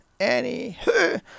Anywho